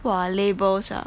!wah! labels are